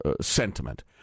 sentiment